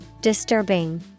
Disturbing